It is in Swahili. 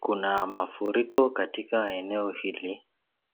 Kuna mafuriko katika eneo hili